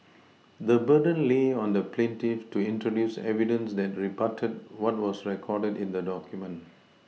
the burden lay on the plaintiff to introduce evidence that rebutted what was recorded in the document